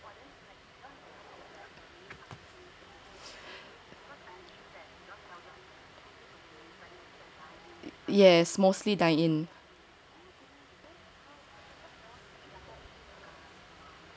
yes mostly dine in